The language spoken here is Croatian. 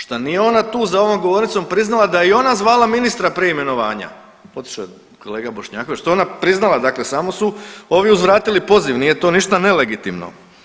Šta nije ona tu za ovom govornicom priznala da je ona zvala ministra prije imenovanja od sebe, kolega Bošnjaković to je ona priznala, dakle samo su ovi uzvratili poziv, nije to nije nelegitimno.